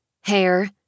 hair